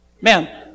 Man